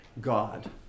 God